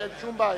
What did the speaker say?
אין שום בעיה.